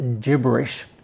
gibberish